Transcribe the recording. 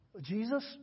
Jesus